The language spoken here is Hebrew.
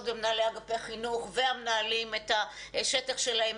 ומנהלי אגפי החינוך והמנהלים את השטח להם,